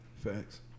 facts